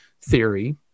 theory